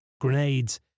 grenades